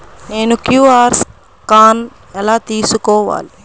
నేను QR scan ఎలా తీసుకోవాలి?